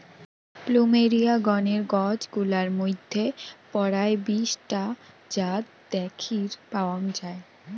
plumeria গণের গছ গুলার মইধ্যে পরায় বিশ টা জাত দ্যাখির পাওয়াং যাই